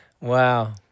Wow